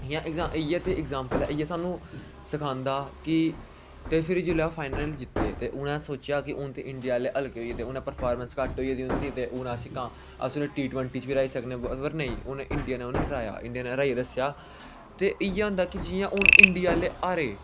इ'यै ते इगजेम्पल ऐ इ'यै सानूं सखांदा कि ते फिर जेल्लै फाइनल जित्ते ते उ'नें सोचेआ कि हून ते इंडिया आहले हल्के होई गेदे उ'नें प्रफारमेंस घट्ट होई गेदी होंदी ते हून अस अस उ'नेंगी टी टवंटी च बी हराई सकने पर नेईं हून इडिया ने उ'नेंगी हराया इंडिया ने उ'नेंगी हराइयै दस्सेआ ते इ'यै होंदा कि जियां हून इंडिया आहले हारे